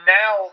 now